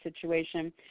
situation